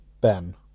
Ben